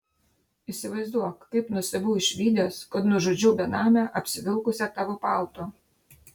įsivaizduok kaip nustebau išvydęs kad nužudžiau benamę apsivilkusią tavo paltu